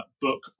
book